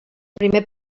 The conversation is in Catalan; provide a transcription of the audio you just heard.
primer